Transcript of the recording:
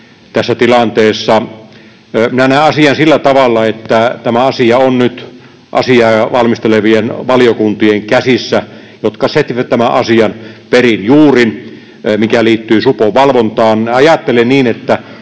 tässä tilanteessa. Minä näen asian sillä tavalla, että tämä asia on nyt asiaa valmistelevien valiokuntien käsissä, jotka setvivät perin juurin tämän asian, mikä liittyy supon valvontaan.